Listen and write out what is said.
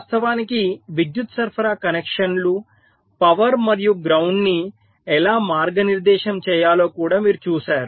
వాస్తవానికి విద్యుత్ సరఫరా కనెక్షన్లు పవర్ మరియు గ్రౌండ్ ని ఎలా మార్గనిర్దేశం చేయాలో కూడా మీరు చూశారు